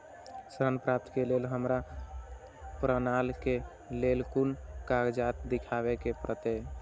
ऋण प्राप्त के लेल हमरा प्रमाण के लेल कुन कागजात दिखाबे के परते?